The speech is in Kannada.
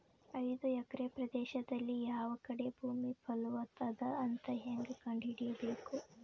ಐದು ಎಕರೆ ಪ್ರದೇಶದಲ್ಲಿ ಯಾವ ಕಡೆ ಭೂಮಿ ಫಲವತ ಅದ ಅಂತ ಹೇಂಗ ಕಂಡ ಹಿಡಿಯಬೇಕು?